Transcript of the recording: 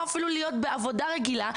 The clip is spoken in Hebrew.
או אפילו להיות בעבודה רגילה,